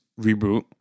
reboot